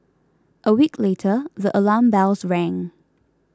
a week later the alarm bells rang